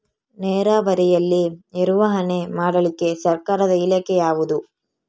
ನೇರಾವರಿಯಲ್ಲಿ ನಿರ್ವಹಣೆ ಮಾಡಲಿಕ್ಕೆ ಸರ್ಕಾರದ ಇಲಾಖೆ ಯಾವುದು?